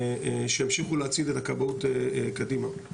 שימשיכו להצעיד את הכבאות קדימה.